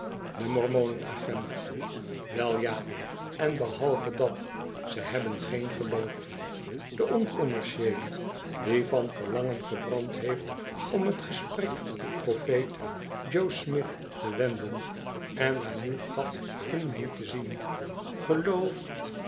de mormonen agent wel ja en behalve dat ze hebben geen geloof de oncommercieele die van verlangen gebrand heeft om t gesprek op den profeet joe smith te wenden en daar nu gat in meent te zien geloof